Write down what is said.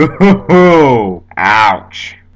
Ouch